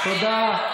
תמר, תודה.